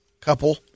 couple